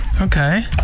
Okay